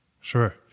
Sure